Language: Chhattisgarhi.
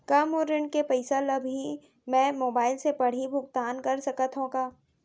का मोर ऋण के पइसा ल भी मैं मोबाइल से पड़ही भुगतान कर सकत हो का?